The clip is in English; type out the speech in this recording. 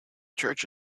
church